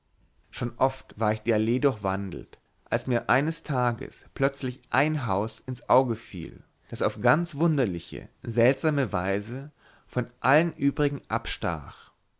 schon oft war ich die allee durchwandelt als mir eines tages plötzlich ein haus ins auge fiel das auf ganz wunderliche seltsame weise von allen übrigen abstach